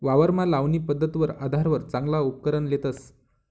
वावरमा लावणी पध्दतवर आधारवर चांगला उपकरण लेतस